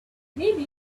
maybe